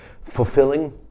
fulfilling